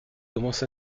commence